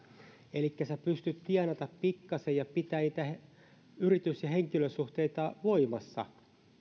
elikkä pystyt tienaamaan pikkasen ja pitämään yritys ja henkilösuhteita voimassa sinulla voi